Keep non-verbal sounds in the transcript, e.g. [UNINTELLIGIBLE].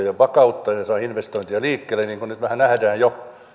[UNINTELLIGIBLE] ja saa investointeja liikkeelle niin kuin nyt vähän jo nähdään